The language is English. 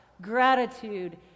Gratitude